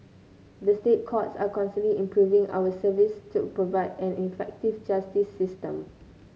the State Courts are constantly improving our services to provide an effective justice system